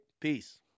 Peace